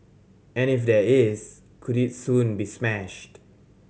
and if there is could it soon be smashed